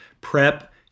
prep